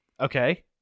Okay